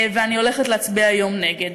ואני הולכת להצביע היום נגד.